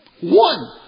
One